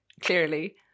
clearly